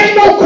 no